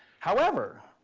however,